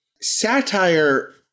satire